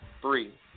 three